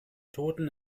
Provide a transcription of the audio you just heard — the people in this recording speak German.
toten